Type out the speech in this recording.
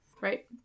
Right